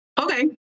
Okay